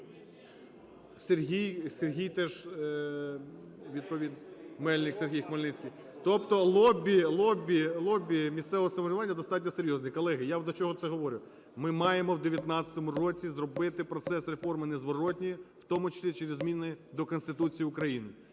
Сергій – Хмельницький. Тобто лобі, лобі, лобі місцевого самоврядування достатньо серйозне. Колеги, я до чого вам це говорю? Ми маємо в 19-му році зробити процес реформи незворотній, в тому числі через зміни до Конституції України.